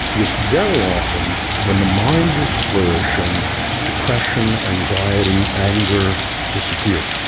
because very often when the mind is flourishing depression, anxiety, anger disappear.